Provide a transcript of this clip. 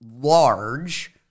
large